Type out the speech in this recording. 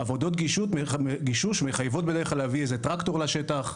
עבודות גישוש מחייבות בדרך כלל להביא איזה טרקטור לשטח.